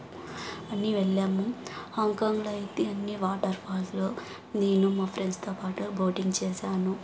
అన్నీ వెళ్ళాము హాంగ్కాంగ్లో అయితే అన్నీ వాటర్ఫాల్స్లో నేను మా ఫ్రెండ్స్తో పాటు బోటింగ్ చేసాను